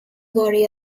worry